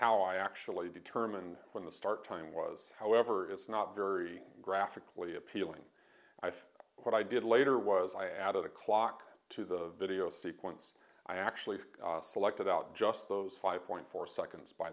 how i actually determine when the start time was however is not very graphically appealing i thought what i did later was i added a clock to the video sequence i actually selected out just those five point four seconds by